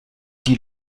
die